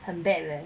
很 bad leh